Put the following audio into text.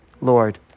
Lord